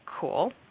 cool